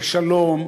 בשלום,